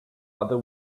other